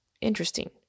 Interesting